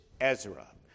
Ezra